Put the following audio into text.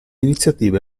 iniziative